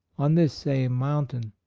on this same mountain.